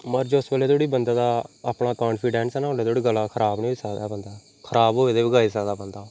मतलब जोस बैल्ले धोड़ी बन्दे दा अपना कांफ्फीडेंस ऐ ओल्लै धोड़ी गला खराब नेईं होई सकदा बन्दे दा खराब होए दे बी गाई सकदा बन्दा